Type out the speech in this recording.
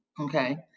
Okay